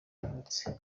yavutse